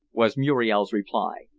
was muriel's reply.